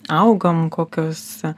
augam kokios